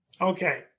Okay